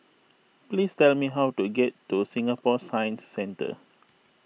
please tell me how to get to Singapore Science Centre